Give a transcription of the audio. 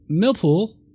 Millpool